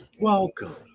welcome